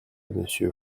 monsieur